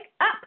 up